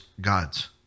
God's